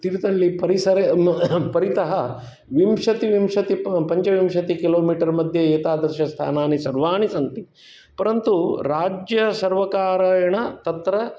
तीर्थहल्लिपरिसरे परितः विंशतिविंशति पञ्चविंशति किलो मीटर् मध्ये एतादृश स्थानानि सर्वाणि सन्ति परन्तु राज्यसर्वकारेण तत्र